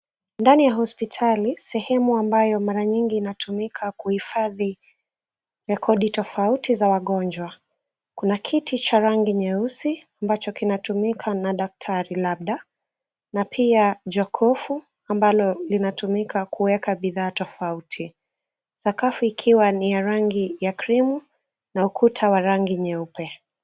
Ndani ya hospitali sehemu ambayo mara nyingi inatumika kuhifadhi rekodi tofauti za wagonjwa. Kuna kiti cha rangi nyeusi ambacho kinatumika na daktari labda na pia jokofu ambalo linatumika kuweka bidhaa tofauti. Skafu ikiwa ni ya rangi ya krimu na ukuta ni wa rangi nyeupe.